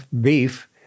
beef